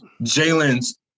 Jalen's